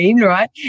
right